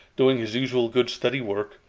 doing his usual good steady work,